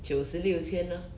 九十六千 lor